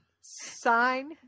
Sign